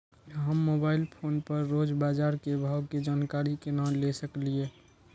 हम mobile phone पर रोज बाजार के भाव के जानकारी केना ले सकलिये?